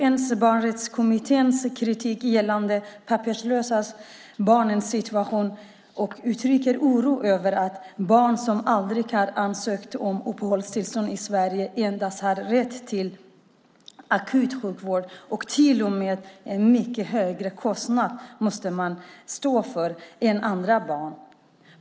FN:s barnrättskommittés kritik gäller de papperslösa barnens situation och uttrycker oro över att barn som aldrig har ansökt om uppehållstillstånd i Sverige har rätt endast till akut sjukvård och till en mycket högre kostnad än andra barn.